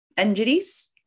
injuries